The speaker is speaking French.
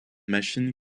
machine